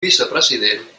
vicepresident